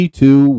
two